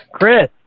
Chris